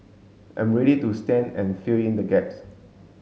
I'm ready to stand and fill in the gaps